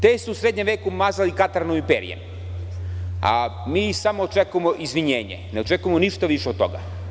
Te su u srednjem veku mazali katranom i perjem, a mi samo očekujemo izvinjenje, ne očekujemo ništa više od toga.